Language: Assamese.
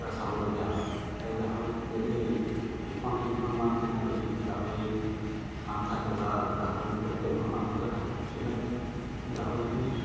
চাবলগীয়া হয় এই গাহৰিত যদি এই দুখন তিনিখনমান কেনে যদি গাহৰি ফাৰ্ম থাকে বা গাহৰি প্ৰত্যেকঘৰ মানুহতে থাকে তেনে ক্ষেত্ৰত গাহৰিখিনি